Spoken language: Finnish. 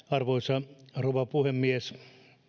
arvoisa rouva puhemies